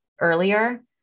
earlier